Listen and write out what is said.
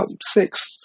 six